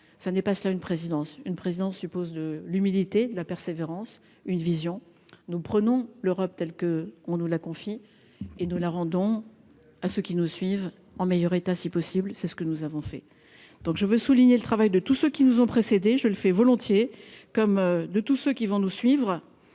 ça n'est pas cela une présidence une présidence suppose de l'humidité de la persévérance, une vision, nous prenons l'Europe telle que on nous là, confie et nous la rendons à ceux qui nous suivent en meilleur état, si possible, c'est ce que nous avons fait, donc je veux souligner le travail de tous ceux qui nous ont précédés, je le fais volontiers comme de tous ceux qui vont nous suivre,